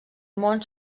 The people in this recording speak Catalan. món